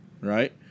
Right